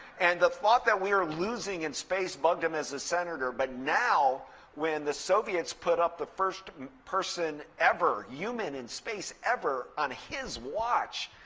and the thought that we are losing in space bugged him as a senator, but now when the soviets put up the first person ever, human in space ever on his watch.